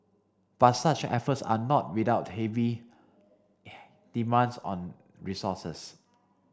but such efforts are not without heavy demands on resources